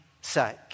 sake